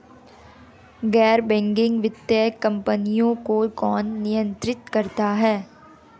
गैर बैंकिंग वित्तीय कंपनियों को कौन नियंत्रित करता है?